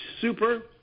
super